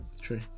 true